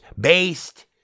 based